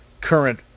current